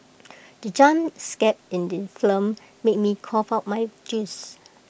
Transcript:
the jump scare in the film made me cough out my juice